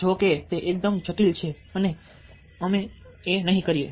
જો કે તે એકદમ જટિલ છે અને અમે નહીં કરીએ